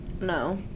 No